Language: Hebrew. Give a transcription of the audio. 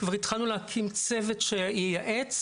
כבר התחלנו להקים צוות שייעץ,